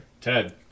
Ted